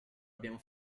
abbiamo